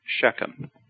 Shechem